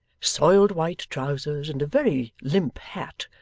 soiled white trousers, and a very limp hat,